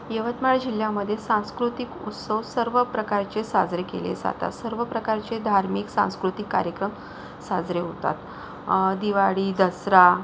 यवतमाळ जिल्ह्यामध्ये सांस्कृतिक उत्सव सर्व प्रकारचे साजरे केले जातात सर्व प्रकारचे धार्मिक सांस्कृतिक कार्यक्रम साजरे होतात दिवाळी दसरा